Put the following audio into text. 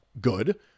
Good